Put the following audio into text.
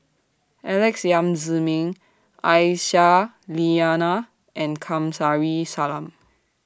Alex Yam Ziming Aisyah Lyana and Kamsari Salam